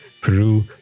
Peru